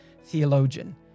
theologian